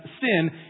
sin